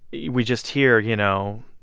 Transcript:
we just hear, you know,